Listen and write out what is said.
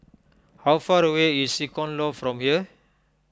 how far away is Icon Loft from here